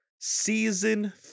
Season